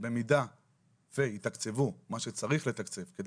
שבמידה שיתקצבו את מה שצריך לתקצב כדי